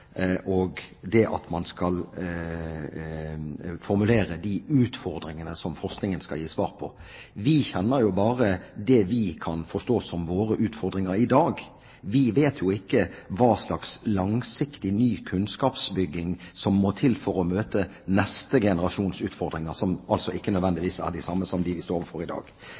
at man skal formulere de utfordringene som forskningen skal gi svar på. Vi kjenner jo bare det vi kan forstå som våre utfordringer i dag. Vi vet jo ikke hva slags langsiktig ny kunnskapsbygging som må til for å møte neste generasjons utfordringer, som ikke nødvendigvis er de samme som dem vi står overfor i dag.